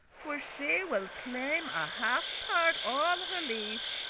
for she will claim a half part all her life.